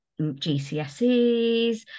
GCSEs